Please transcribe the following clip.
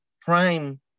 prime